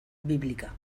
bíblica